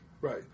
Right